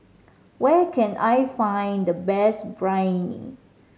where can I find the best Biryani